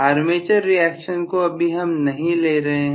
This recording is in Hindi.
आर्मेचर रिएक्शन को अभी हम नहीं ले रहे हैं